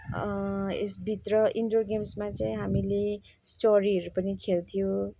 यसभित्र indoor गेम्समा चाहिँ हामीले स्टोरीहरू पनि खेल्थ्यौँ